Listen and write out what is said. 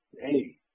Hey